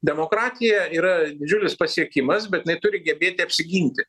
demokratija yra didžiulis pasiekimas bet jinai turi gebėti apsiginti